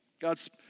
God's